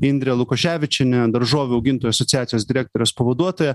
indrė lukoševičienė daržovių augintojų asociacijos direktorės pavaduotoja